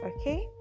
okay